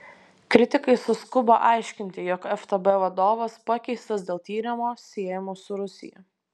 kritikai suskubo aiškinti jog ftb vadovas pakeistas dėl tyrimo siejamo su rusija